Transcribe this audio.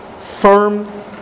firm